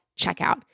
checkout